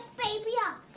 baby up!